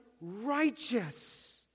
righteous